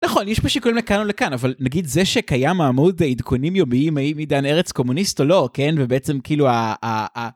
נכון יש פה שיקולים לכאן ולכאן אבל נגיד זה שקיים עמוד עדכונים יומיים האם עידן ארץ קומוניסט או לא. כן? ובעצם כאילו ה..